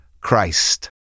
Christ